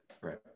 Right